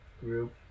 Group